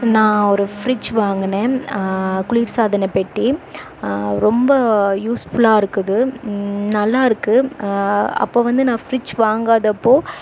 நான் ஒரு ஃப்ரிட்ஜ் வாங்கினேன் குளிர்சாதனப் பெட்டி ரொம்ப யூஸ் ஃபுல்லாக இருக்குது நல்லா இருக்குது அப்போது வந்து நான் ஃப்ரிட்ஜ் வாங்காதப்போது